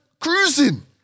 cruising